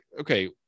okay